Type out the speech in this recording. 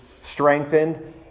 strengthened